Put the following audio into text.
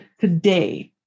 today